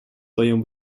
своем